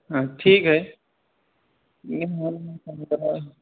ہاں ٹھیک ہے نہیں میں نے جو آپ کو بتایا ہے